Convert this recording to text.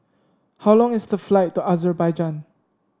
how long is the flight to Azerbaijan